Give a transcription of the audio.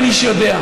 אין איש יודע.